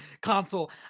console